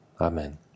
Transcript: amen